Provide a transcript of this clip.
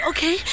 Okay